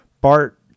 Bart